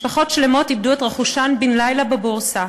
משפחות שלמות איבדו את רכושן בן-לילה בבורסה,